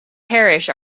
parish